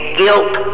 guilt